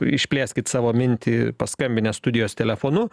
išplėskit savo mintį paskambinęs studijos telefonu